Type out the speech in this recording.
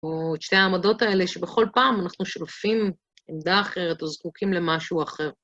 ושתי העמדות האלה שבכל פעם אנחנו שולפים עמדה אחרת או זקוקים למשהו אחר.